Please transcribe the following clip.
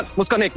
ah mushkan.